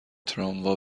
تراموا